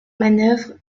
manœuvre